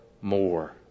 more